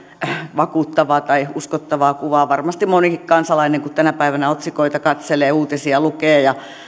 vakuuttavaa tai uskottavaa kuvaa varmasti monikin kansalainen kun tänä päivänä otsikoita katselee uutisia lukee ja